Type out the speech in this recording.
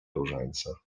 różańca